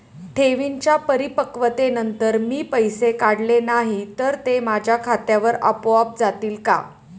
ठेवींच्या परिपक्वतेनंतर मी पैसे काढले नाही तर ते माझ्या खात्यावर आपोआप जातील का?